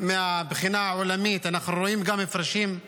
מהבחינה העולמית, אנחנו רואים הפרשים גם